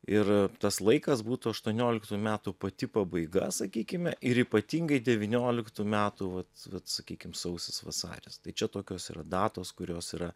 ir tas laikas būtų aštuonioliktų metų pati pabaiga sakykime ir ypatingai devynioliktų metų vat sakykim sausis vasaris tai čia tokios datos kurios yra